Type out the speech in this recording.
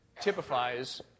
typifies